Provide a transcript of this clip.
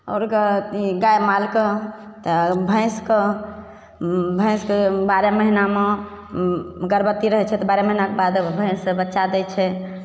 आओर गाइ गाइ मालके तऽ भैँसके भैँसके बारह महिनामे गर्भवती रहै छै तऽ बारह महिनाके बाद भैँस बच्चा दै छै